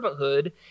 servanthood